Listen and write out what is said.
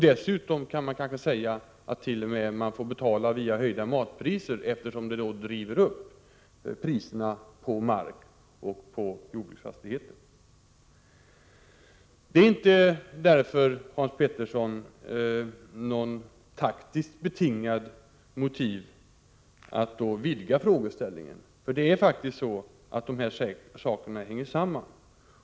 Dessutom kan det kanske sägas att man t.o.m. får betala genom en höjning av matpriserna, eftersom priserna på mark och jordbruksfastigheter drivs upp. Det är därför inte, Hans Petersson, något taktiskt betingat motiv att vidga frågeställningen. De här sakerna hänger faktiskt samman.